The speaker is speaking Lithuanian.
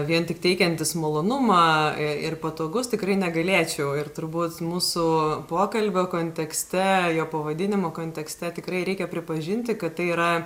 vien tik teikiantis malonumą ir patogus tikrai negalėčiau ir turbūt mūsų pokalbio kontekste jo pavadinimo kontekste tikrai reikia pripažinti kad tai yra